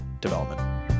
development